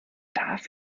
darf